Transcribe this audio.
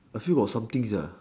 I still got something